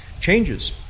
changes